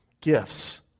gifts